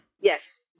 Yes